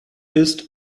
ist